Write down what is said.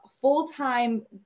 full-time